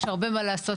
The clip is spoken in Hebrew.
יש הרבה מה לעשות.